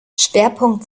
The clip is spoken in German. schwerpunkt